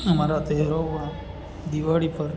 અમારા તહેવારો દિવાળી પર